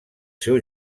seu